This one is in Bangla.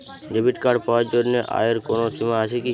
ডেবিট কার্ড পাওয়ার জন্য আয়ের কোনো সীমা আছে কি?